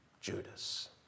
Judas